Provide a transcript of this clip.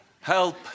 Help